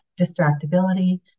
distractibility